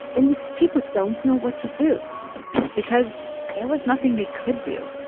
and people don't know what to do because there was nothing they could do.